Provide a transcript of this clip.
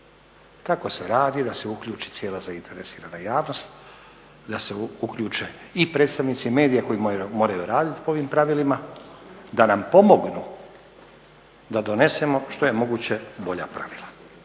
Tako se radi da se uključi cijela zainteresirana javnost, da se uključe i predstavnici medija koji moraju raditi po ovim pravilima da nam pomognu da donesemo što je moguće bolja pravila.